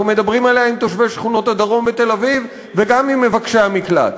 אנחנו מדברים עליה עם תושבי שכונות הדרום בתל-אביב וגם עם מבקשי המקלט.